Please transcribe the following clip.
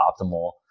optimal